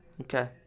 Okay